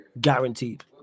Guaranteed